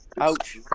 Ouch